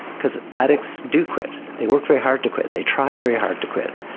because addicts do quit, they work very hard to quit, they try very hard to quit,